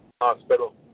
Hospital